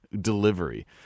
delivery